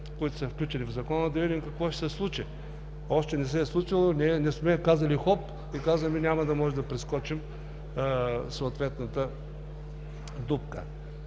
които са включени в Закона, да видим какво ще се случи. Още не се е случило, не сме казали: „Хоп!“ и казваме: „Няма да можем да прескочим съответната дупка“.